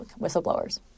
whistleblowers